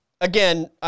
again